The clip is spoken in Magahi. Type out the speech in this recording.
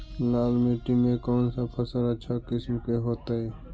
लाल मिट्टी में कौन से फसल अच्छा किस्म के होतै?